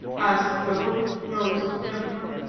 asked the hooked-nosed gentleman.